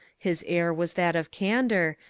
his air was that of candour,